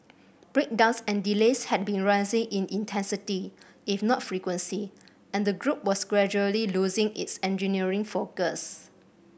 breakdowns and delays had been rising in intensity if not frequency and the group was gradually losing its engineering focus